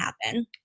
happen